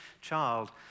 child